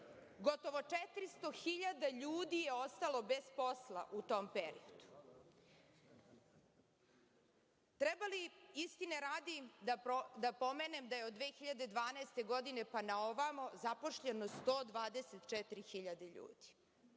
Gotovo 400.000 ljudi je ostalo bez posla u tom periodu. Treba li, istine radi, da pomenem da je od 2012. godine pa na ovamo zaposleno 124.000 ljudi,